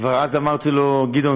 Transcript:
כבר אז אמרתי לו: גדעון,